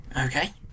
Okay